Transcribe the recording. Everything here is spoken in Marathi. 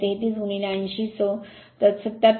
033 80 so 77